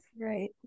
Right